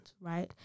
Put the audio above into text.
right